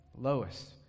Lois